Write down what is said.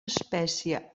espècie